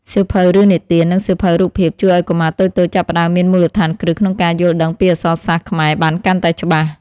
យុវជនស្ម័គ្រចិត្តនៅក្នុងភូមិអាចចូលរួមចំណែកក្នុងការរៀបចំសៀវភៅឱ្យមានសណ្តាប់ធ្នាប់ និងជួយបង្រៀនប្អូនៗនៅក្នុងបណ្ណាល័យ។